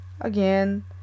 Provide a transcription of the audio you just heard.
again